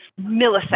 milliseconds